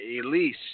elise